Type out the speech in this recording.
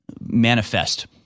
manifest